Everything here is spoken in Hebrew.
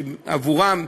שעבורם,